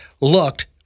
looked